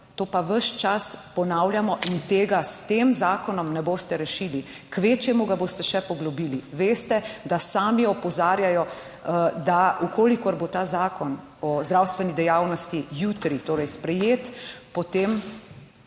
to pa ves čas ponavljamo in tega s tem zakonom ne boste rešili, kvečjemu ga boste še poglobili. Veste, da sami opozarjajo, da v kolikor bo ta Zakon o zdravstveni dejavnosti jutri torej sprejet, potem